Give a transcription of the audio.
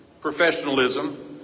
professionalism